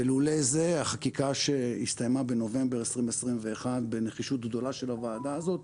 ולולא זה החקיקה שהסתיימה בנובמבר 2021 בנחישות גדולה של הוועדה הזאת